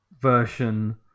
version